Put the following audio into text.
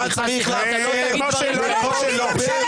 אני חושב שהפרק הזה הוא אחד השיאים באמת באמת